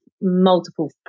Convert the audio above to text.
multiple